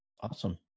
Awesome